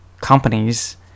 companies